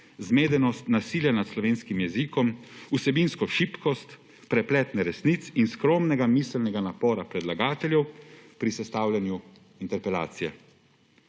zmedenost, nasilje nad slovenskim jezikom, vsebinsko šibkost, preplet neresnic in skromnega miselnega napora predlagateljev pri sestavljanju interpelacije.«